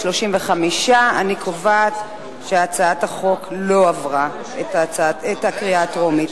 35. אני קובעת שהצעת החוק לא עברה בקריאה טרומית.